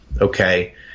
okay